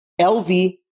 LV